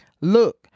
Look